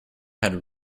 had